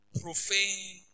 profane